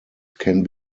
can